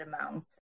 amount